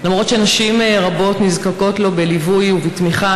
למרות שנשים רבות נזקקות לו בליווי ובתמיכה